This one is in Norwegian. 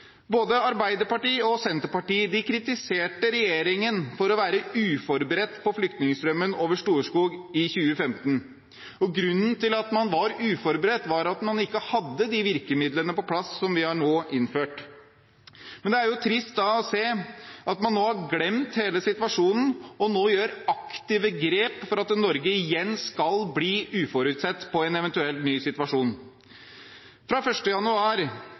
Både Arbeiderpartiet og Senterpartiet kritiserte regjeringen for å være uforberedt på flyktningstrømmen over Storskog i 2015. Grunnen til at man var uforberedt, var at man ikke hadde de virkemidlene på plass som vi nå har innført. Da er det trist å se at man nå har glemt hele situasjonen og nå tar aktive grep for at Norge igjen skal bli uforberedt på en eventuell ny situasjon. Fra 1. januar